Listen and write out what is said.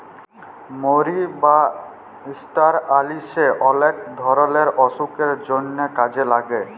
মরি বা ষ্টার অলিশে অলেক ধরলের অসুখের জন্হে কাজে লাগে